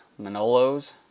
Manolos